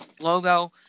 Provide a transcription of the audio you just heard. logo